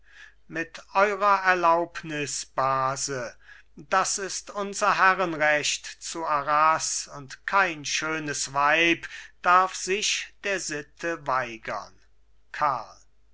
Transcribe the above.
mit eurer erlaubnis base das ist unser herrenrecht zu arras und kein schönes weib darf sich der sitte weigern karl